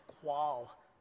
qual